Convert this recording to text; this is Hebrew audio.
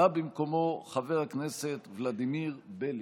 בא במקומו חבר הכנסת ולדימיר בליאק.